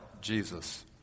Jesus